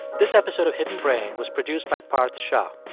this episode of hidden brain was produced by parth shah.